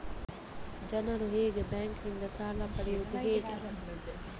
ಜನರು ಹೇಗೆ ಬ್ಯಾಂಕ್ ನಿಂದ ಸಾಲ ಪಡೆಯೋದು ಹೇಳಿ